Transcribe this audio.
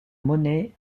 monnaie